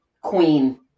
queen